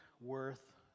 Worth